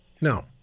No